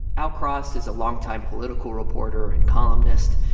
al cross is a longtime political reporter and columnist.